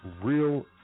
real